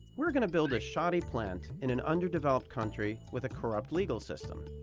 we're gonna build a shoddy plant in an underdeveloped country with a corrupt legal system.